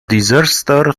disaster